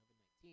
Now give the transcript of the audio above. COVID-19